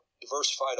diversified